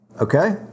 okay